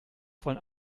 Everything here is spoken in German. von